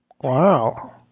Wow